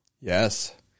Yes